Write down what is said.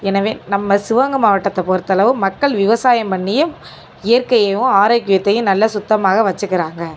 எனவே நம்ம சிவகங்கை மாவட்டத்தை பொறுத்தளவு மக்கள் விவசாயம் பண்ணியும் இயற்கையையும் ஆரோக்கியத்தையும் நல்லா சுத்தமாக வச்சுக்கிறாங்க